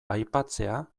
aipatzea